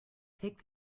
take